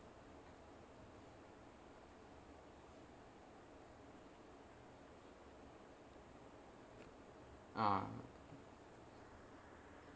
ah